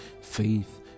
Faith